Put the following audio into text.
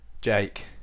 Jake